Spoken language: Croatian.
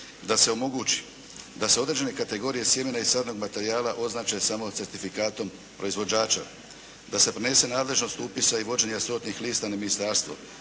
da se omogući da se određene kategorije sjemena i sadnog materijala označe samo certifikatom proizvođača, da se prenese nadležnost upisa i vođenje sortnih lista na ministarstvo